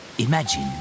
Imagine